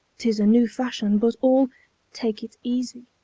tis a new fashion, but all take it easy.